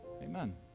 Amen